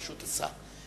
ברשות השר.